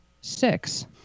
six